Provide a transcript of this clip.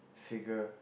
cigar